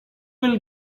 will